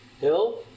Hill